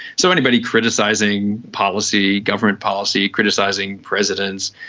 so anybody criticising policy, government policy criticising presidents,